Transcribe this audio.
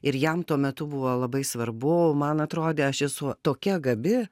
ir jam tuo metu buvo labai svarbu man atrodė aš esu tokia gabi